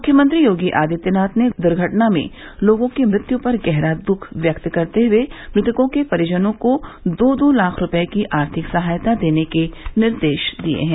मुख्यमंत्री योगी आदित्यनाथ ने दुर्घटना में लोगों की मृत्यू पर गहरा शोक व्यक्त करते हुए मृतकों के परिजनों को दो दो लाख रूपये की आर्थिक सहायता देने के निर्देश दिए हैं